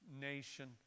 nation